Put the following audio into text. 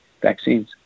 vaccines